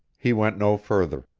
he went no further.